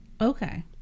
Okay